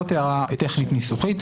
זאת הערה טכנית ניסוחית.